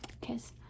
Kiss